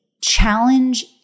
challenge